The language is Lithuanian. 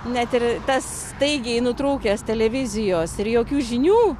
net ir tas staigiai nutrūkęs televizijos ir jokių žinių